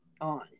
on